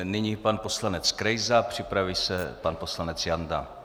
Nyní pan poslanec Krejza, připraví se pan poslanec Janda.